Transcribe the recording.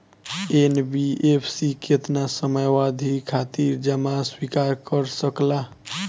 NBFC केतना समयावधि खातिर जमा स्वीकार कर सकला?